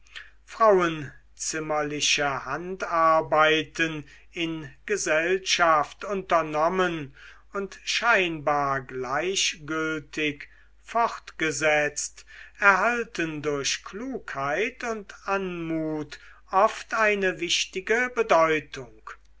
frauenzimmerliche handarbeiten in gesellschaft unternommen und scheinbar gleichgültig fortgesetzt erhalten durch klugheit und anmut oft eine wichtige bedeutung